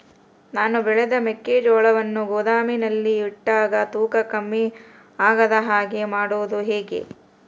ನಾನು ಬೆಳೆದ ಮೆಕ್ಕಿಜೋಳವನ್ನು ಗೋದಾಮಿನಲ್ಲಿ ಇಟ್ಟಾಗ ತೂಕ ಕಮ್ಮಿ ಆಗದ ಹಾಗೆ ಮಾಡೋದು ಹೇಗೆ?